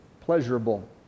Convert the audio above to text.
pleasurable